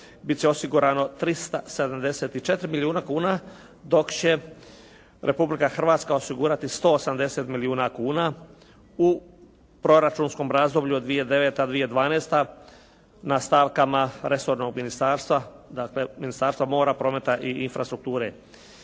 bit će osigurano 374 milijuna kuna dok će Republika Hrvatska osigurati 180 milijuna kuna u proračunskom razdoblju od 2009.-2012. na stavkama resornog ministarstva, dakle Ministarstva mora, prometa i infrastrukture.